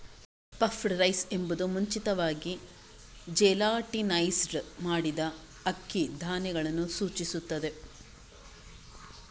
puffed rice ಎಂಬುದು ಮುಂಚಿತವಾಗಿ gelatinised ಮಾಡಿದ ಅಕ್ಕಿ ಧಾನ್ಯಗಳನ್ನು ಸೂಚಿಸುತ್ತದೆ